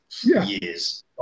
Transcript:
years